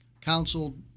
counseled